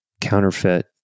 counterfeit